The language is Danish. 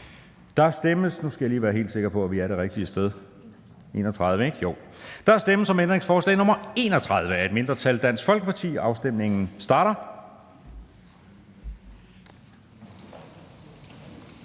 Der stemmes nu om ændringsforslag nr. 2 af et mindretal (DF). Afstemningen starter.